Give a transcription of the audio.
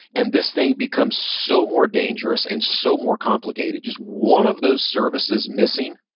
and this thing becomes so more dangerous and so more complicated. just one of those services missing,